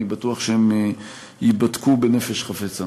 אני בטוח שהם ייבדקו בנפש חפצה.